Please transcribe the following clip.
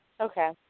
Okay